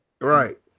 Right